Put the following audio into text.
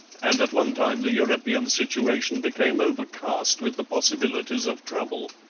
and at one time the european situation became overcast with the possibilities of trouble.